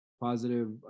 positive